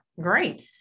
great